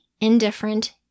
indifferent